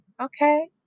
okay